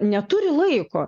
neturi laiko